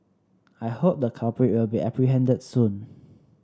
I hope the culprit will be apprehended soon